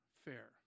fair